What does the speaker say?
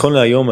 נכון להיום,